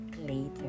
later